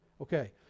okay